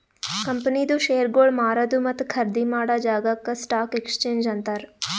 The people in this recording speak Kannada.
ಕಂಪನಿದು ಶೇರ್ಗೊಳ್ ಮಾರದು ಮತ್ತ ಖರ್ದಿ ಮಾಡಾ ಜಾಗಾಕ್ ಸ್ಟಾಕ್ ಎಕ್ಸ್ಚೇಂಜ್ ಅಂತಾರ್